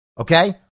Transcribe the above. okay